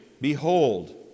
Behold